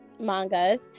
mangas